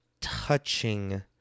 touching